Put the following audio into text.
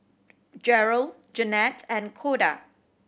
Jerrold Janette and Koda